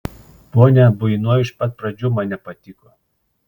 ponia buino iš pat pradžių man nepatiko